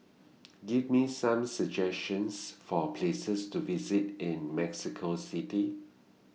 Give Me Some suggestions For Places to visit in Mexico City